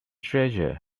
treasure